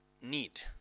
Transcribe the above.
need